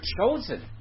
chosen